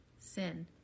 sin